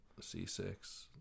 C6